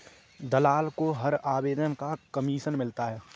दलाल को हर आवेदन का कमीशन मिलता है